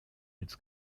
its